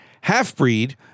Half-Breed